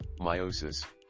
meiosis